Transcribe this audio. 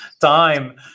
time